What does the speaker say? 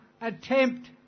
attempt